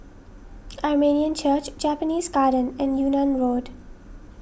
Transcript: Armenian Church Japanese Garden and Yunnan Road